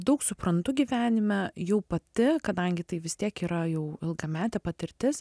daug suprantu gyvenime jau pati kadangi tai vis tiek yra jau ilgametė patirtis